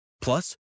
Plus